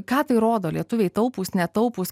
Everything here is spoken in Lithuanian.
ką tai rodo lietuviai taupūs netaupūs